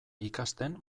ikasten